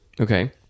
Okay